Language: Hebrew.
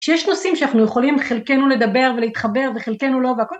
שיש נושאים שאנחנו יכולים חלקנו לדבר ולהתחבר וחלקנו לא והכל...